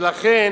ולכן